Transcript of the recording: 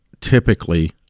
typically